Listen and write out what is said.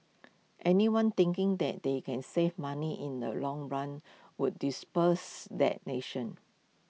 anyone thinking that they can save money in the long run would dispels that nation